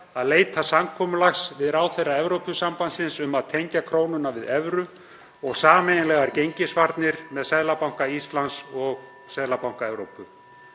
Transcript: að leita samkomulags við ráðherra Evrópusambandsins um að tengja krónuna við evru og sameiginlegar gengisvarnir með Seðlabanka Íslands og Seðlabanka Evrópu.